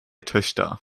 töchter